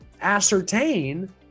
ascertain